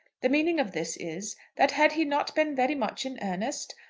the meaning of this is, that had he not been very much in earnest,